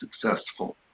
successful